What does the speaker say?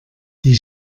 die